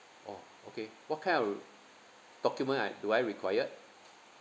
oh okay what kind of document I do I required